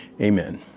Amen